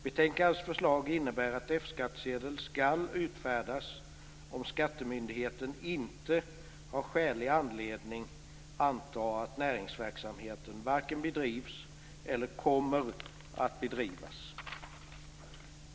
Betänkandets förslag innebär att F skattsedel skall utfärdas om inte skattemyndigheten har skälig anledning att anta att näringsverksamhet varken bedrivs eller kommer att bedrivas.